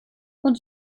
und